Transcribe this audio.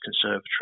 conservatory